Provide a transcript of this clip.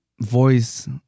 voice